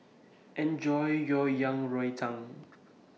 Enjoy your Yang Rou Tang